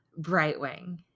Brightwing